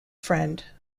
friend